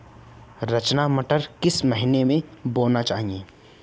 रचना मटर किस महीना में बोना चाहिए?